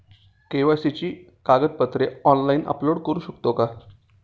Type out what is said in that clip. KYC ची कागदपत्रे online upload करू शकतो का?